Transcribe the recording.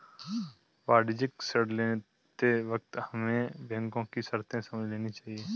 वाणिज्यिक ऋण लेते वक्त हमें बैंको की शर्तें समझ लेनी चाहिए